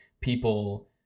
people